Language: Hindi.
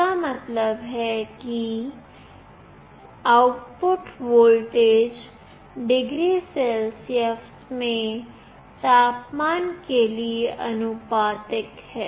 इसका मतलब है कि आउटपुट वोल्टेज डिग्री सेल्सियस में तापमान के लिए आनुपातिक है